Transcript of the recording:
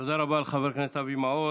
תודה רבה לחבר הכנסת אבי מעוז.